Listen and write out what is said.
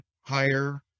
higher